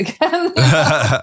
again